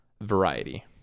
variety